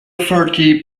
thirty